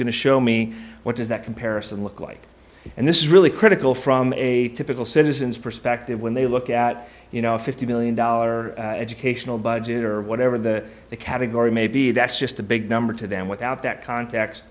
going to show me what does that comparison look like and this is really critical from a typical citizen's perspective when they look at you know a fifty billion dollar educational budget or whatever the category maybe that's just a big number to them without that context